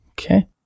Okay